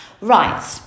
right